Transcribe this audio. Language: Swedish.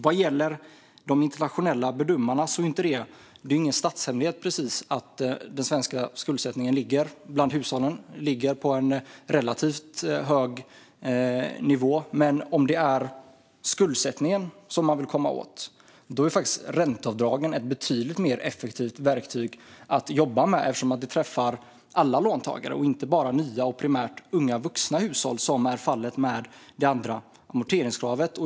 Vad gäller de internationella bedömarna är det inte precis någon statshemlighet att skuldsättningen bland de svenska hushållen ligger på en relativt hög nivå, men om det är skuldsättningen man vill komma åt är ränteavdragen faktiskt ett betydligt mer effektivt verktyg att jobba med. Det träffar nämligen alla låntagare, inte bara nya - och inte primärt unga vuxna hushåll, vilket är fallet med det andra amorteringskravet.